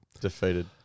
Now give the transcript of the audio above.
Defeated